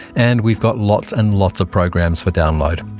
and we've got lots and lots of programs for download.